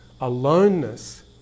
aloneness